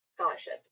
Scholarship